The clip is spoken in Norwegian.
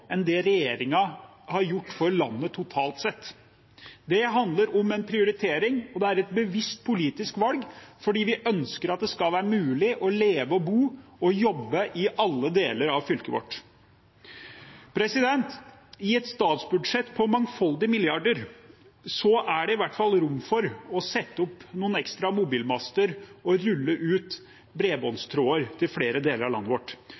enn det regjeringen har gjort for landet totalt sett. Det handler om prioritering, og det er et bevisst politisk valg, for vi ønsker at det skal være mulig å leve, bo og jobbe i alle deler av fylket vårt. I et statsbudsjett på mangfoldige milliarder kroner er det i hvert fall rom for å sette opp noen ekstra mobilmaster og rulle ut bredbåndstråder til flere deler av landet vårt.